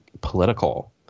political